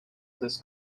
this